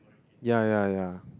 yeah yeah yeah